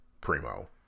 Primo